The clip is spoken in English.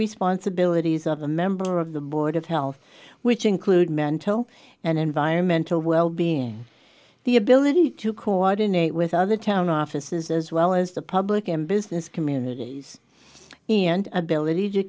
responsibilities of a member of the board of health which include mental and environmental wellbeing the ability to coordinate with other town offices as well as the public and business communities and ability to